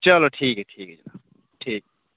चलो ठीक ऐ ठीक ऐ जनाब ठीक